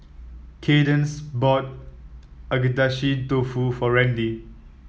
Kaydence bought Agedashi Dofu for Randy